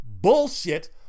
Bullshit